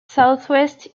southeast